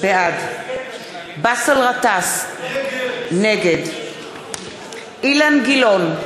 בעד באסל גטאס, נגד אילן גילאון,